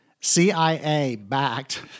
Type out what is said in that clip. CIA-backed